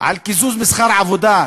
על קיזוז בשכר עבודה,